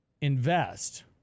invest